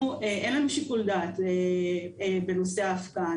לנו אין שיקול דעת בנושא ההפקעה.